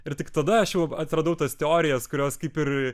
ir tik tada aš jau atradau tas teorijas kurios kaip ir